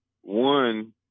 One